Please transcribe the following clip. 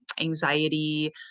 anxiety